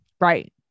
Right